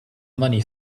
money